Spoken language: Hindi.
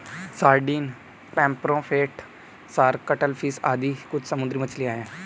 sardine, pomfret, shark, cuttlefish आदि कुछ समुद्री मछलियाँ हैं